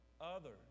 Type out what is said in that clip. others